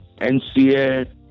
NCA